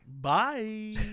Bye